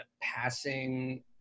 passing